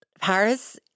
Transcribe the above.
Paris